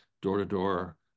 door-to-door